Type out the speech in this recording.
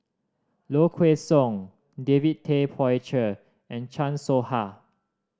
Low Kway Song David Tay Poey Cher and Chan Soh Ha